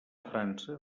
frança